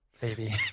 baby